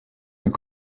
ont